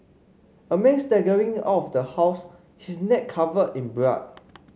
a man staggering out of the house she's neck covered in blood